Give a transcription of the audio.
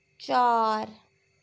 चार